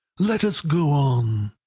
let us go on.